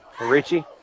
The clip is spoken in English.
richie